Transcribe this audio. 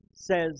says